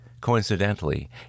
Coincidentally